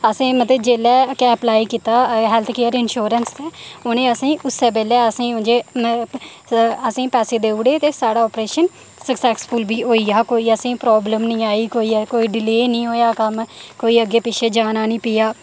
असें मतलब जेल्लै के अप्लाई कीता हैल्थ केयर इंशोरेंस ते उ'नें असेंगी उस्सै बेल्लै असेंगी पैसे दऊ उड़े ते साढ़ा आपरेशन सक्सेसफुल बी होई गेआ हा कोई असेंगी प्राब्लम नी आई कोई डिले नी होएया कम्म कोई अग्गै पिच्छै जाना नी पेआ